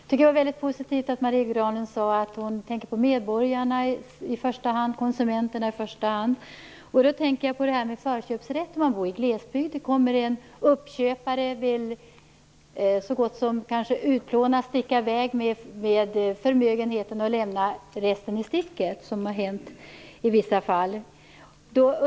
Fru talman! Det är väldigt positivt att Marie Granlund säger att hon i första hand tänker på medborgarna, på konsumenterna. Jag kommer då att tänka på förköpsrätten för den som bor i glesbygd. Det kan ju komma en uppköpare som kanske nästan helt vill utplåna och sticka i väg med en förmögenhet. Resten lämnas alltså i sticket. Det har ju hänt i vissa fall.